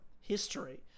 History